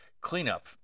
cleanup